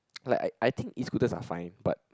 like I I think Escooters are fine but